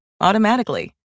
automatically